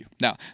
Now